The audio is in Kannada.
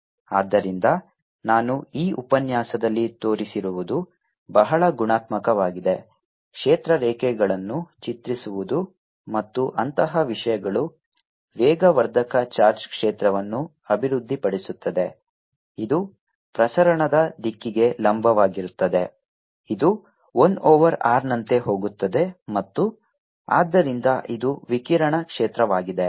ಆದ್ದರಿಂದ ನಾನು ಈ ಉಪನ್ಯಾಸದಲ್ಲಿ ತೋರಿಸಿರುವುದು ಬಹಳ ಗುಣಾತ್ಮಕವಾಗಿದೆ ಕ್ಷೇತ್ರ ರೇಖೆಗಳನ್ನು ಚಿತ್ರಿಸುವುದು ಮತ್ತು ಅಂತಹ ವಿಷಯಗಳು ವೇಗವರ್ಧಕ ಚಾರ್ಜ್ ಕ್ಷೇತ್ರವನ್ನು ಅಭಿವೃದ್ಧಿಪಡಿಸುತ್ತದೆ ಇದು ಪ್ರಸರಣದ ದಿಕ್ಕಿಗೆ ಲಂಬವಾಗಿರುತ್ತದೆ ಇದು 1 ಓವರ್ r ನಂತೆ ಹೋಗುತ್ತದೆ ಮತ್ತು ಆದ್ದರಿಂದ ಇದು ವಿಕಿರಣ ಕ್ಷೇತ್ರವಾಗಿದೆ